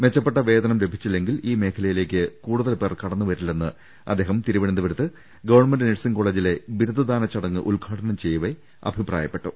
മെച്ച പ്പെട്ട വേതനം ലഭിച്ചില്ലെങ്കിൽ ഈ മേഖലയിലേക്ക് കൂടുതൽപേർ കടന്നുവ രില്ലെന്ന് അദ്ദേഹം തിരുവനന്തപുരത്ത് ഗവൺമെന്റ് നഴ്സിംഗ് കോളജിലെ ബിരുദദാന ചടങ്ങ് ഉദ്ഘാടനം ചെയ്യവെ അഭിപ്രായപ്പെട്ടു